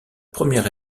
première